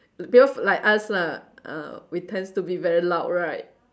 because like us lah uh we tends to be very loud right